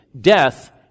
death